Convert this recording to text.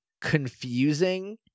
confusing